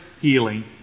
healing